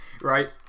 right